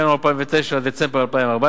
מינואר 2009 עד דצמבר 2014,